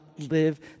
live